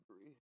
agree